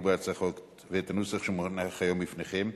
בהצעת החוק ואת הנוסח שמונח בפניכם היום,